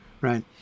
right